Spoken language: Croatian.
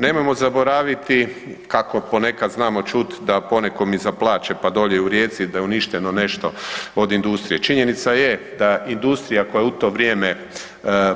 Nemojmo zaboraviti kako ponekad znamo čuti da poneko i zaplače, pa dolje u Rijeci da je uništeno nešto od industrije, činjenica je da industrija koja je u to vrijeme